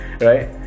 Right